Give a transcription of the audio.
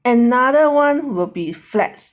another one will be flats